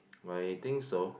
I think so